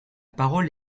parole